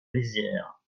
rizières